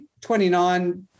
29